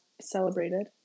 celebrated